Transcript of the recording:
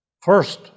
first